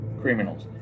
criminals